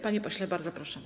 Panie pośle, bardzo proszę.